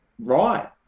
Right